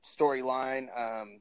storyline